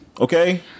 Okay